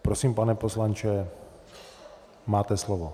Prosím, pane poslanče, máte slovo.